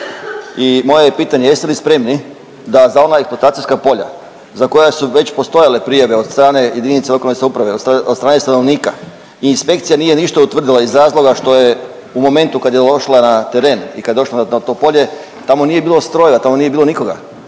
i moje je pitanje jeste li spremni da za ona eksploatacijska polja za koja su već postojale prijave od strane JLS, od strane stanovnika i inspekcija nije ništa utvrdila iz razloga što je u momentu kad je došla na teren i kad je došla na to polje tamo nije bilo strojeva, tamo nije bilo nikoga,